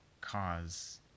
cause